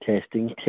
testing